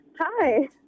Hi